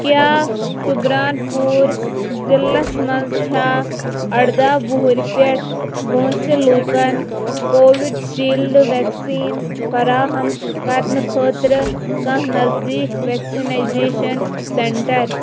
کیٛاہ سُبران پوٗر ضلعس مَنٛز چھا اَردہ وُہُرۍ پیٚٹھ وٲنٛسہِ لوٗکَن کووِشیٖلڈ ویکسیٖن فراہم کرنہٕ خٲطرٕ کانٛہہ نزدیٖک ویکسِنایزیشن سینٹر ؟